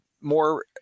more